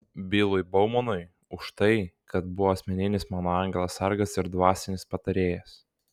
bilui baumanui už tai kad buvo asmeninis mano angelas sargas ir dvasinis patarėjas